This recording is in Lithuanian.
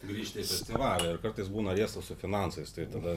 grįžti į festivalį ir kartais būna riesta su finansais tai tada